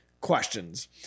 questions